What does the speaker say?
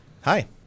Hi